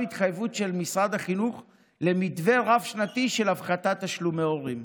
התחייבות של משרד החינוך למתווה רב-שנתי של הפחתת תשלומי הורים.